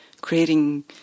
creating